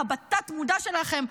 בתת-מודע שלכם,